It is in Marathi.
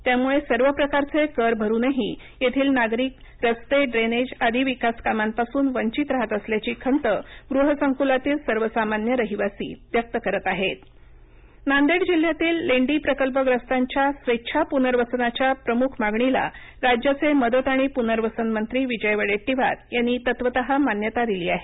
त्यामुळे सर्व प्रकारचे कर भरूनही येथील नागरीकरस्तेड्रेनेज आदी विकासकामांपासून वंचित राहत असल्याची खंत गृह संकुलांतील सर्वसामान्य रहिवासी व्यक्त करीत आहेत लेंडी प्रकल्प नांदेड जिल्ह्यातील लेंडी प्रकल्पग्रस्तांच्या स्वेच्छा पुनर्वसनाच्या प्रमुख मागणीला राज्याचे मदत आणि पूनर्वसन मंत्री विजय वडेट्टीवार यांनी तत्वत मान्यता दिली आहे